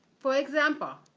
for example,